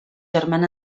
germain